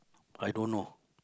I don't know